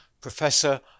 Professor